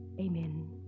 Amen